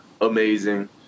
amazing